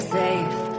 safe